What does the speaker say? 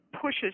pushes